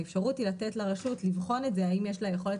האפשרות היא לתת לרשות לבחון את זה האם יש לה יכולת